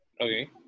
Okay